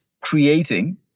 creating